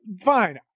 fine